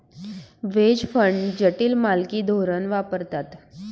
veg fund जटिल मालकी धोरण वापरतात